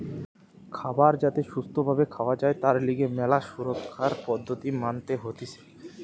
খাবার যাতে সুস্থ ভাবে খাওয়া যায় তার লিগে ম্যালা সুরক্ষার পদ্ধতি মানতে হতিছে